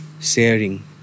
sharing